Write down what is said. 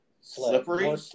slippery